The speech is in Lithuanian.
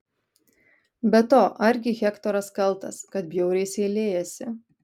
be to argi hektoras kaltas kad bjauriai seilėjasi